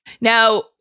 now